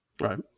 Right